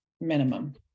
minimum